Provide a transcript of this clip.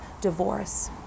divorce